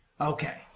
Okay